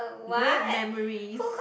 great memories